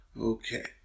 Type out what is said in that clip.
okay